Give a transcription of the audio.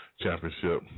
championship